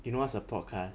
you know what's a podcast